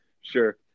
Sure